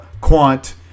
quant